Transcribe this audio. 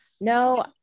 No